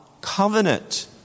Covenant